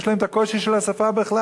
יש להם את הקושי של השפה בכלל.